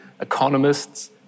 economists